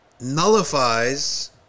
nullifies